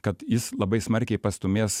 kad jis labai smarkiai pastūmės